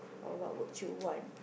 or what would you want